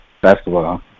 Basketball